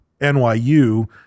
NYU